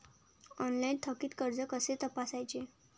Online थकीत कर्ज कसे तपासायचे?